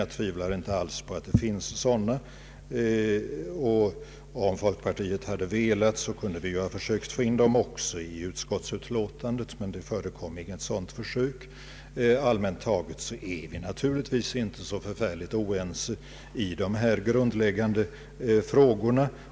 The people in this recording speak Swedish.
Jag tvivlar inte alls på att det finns sådana, och om folkpartiet hade velat, kunde vi ha försökt att få in dem också i utskottsutlåtandet, men det förekom inte något sådant förslag. Allmänt taget är vi naturligtvis inte så förfärligt oense i de grundläggande frågorna.